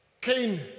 Cain